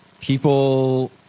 people